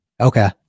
okay